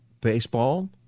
baseball